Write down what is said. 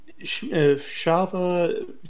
Shava